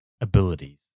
abilities